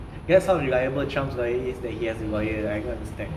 that's how reliable trump's lawyer is that he has a lawyer I don't understand